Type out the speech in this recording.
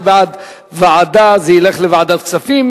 זה בעד ועדה וזה ילך לוועדת הכספים.